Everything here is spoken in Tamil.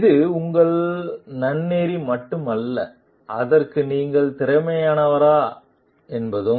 இது உங்கள் நன்னெறி மட்டுமல்ல அதற்கு நீங்கள் திறமையானவரா என்பதும்